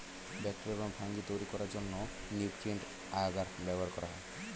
bacteria এবং fungi তৈরি করার জন্য নিউট্রিয়েন্ট আগার ব্যবহার করা হয়